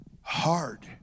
hard